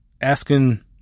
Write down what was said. asking